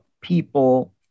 people